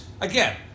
again